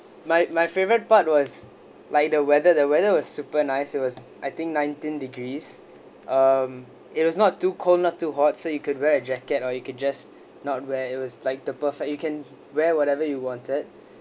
my my favorite part was like the weather the weather was super nice it was I think nineteen degrees um it was not too cold not too hot so you could wear a jacket or you can just not wear it was like the perfect you can wear whatever you wanted